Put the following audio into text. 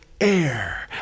air